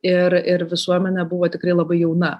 ir ir visuomenė buvo tikrai labai jauna